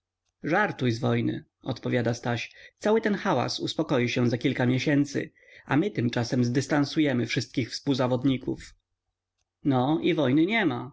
z wojny odpowiada staś cały ten hałas uspokoi się za parę miesięcy a my tymczasem zdystansujemy wszystkich współzawodników no i wojny niema w